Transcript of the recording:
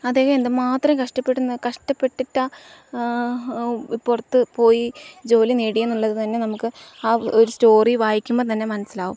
അദ്ദേഹം എന്തുമാത്രം കഷ്ടപ്പെടുന്ന കഷ്ടപ്പെട്ടിട്ട് പുറത്തുപോയി ജോലി നേടിയെന്നുള്ളതു തന്നെ നമുക്ക് ആ ഒരു സ്റ്റോറി വായിക്കുമ്പോല്ത്തന്നെ മനസ്സിലാവും